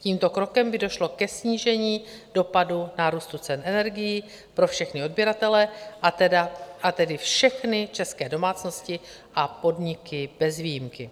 Tímto krokem by došlo ke snížení dopadu nárůstu cen energií pro všechny odběratele, a tedy všechny české domácnosti a podniky bez výjimky.